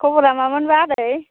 खबरआ माबोरै मोनबा आदै